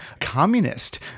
communist